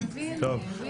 (מ/1577).